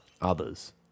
others